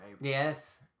Yes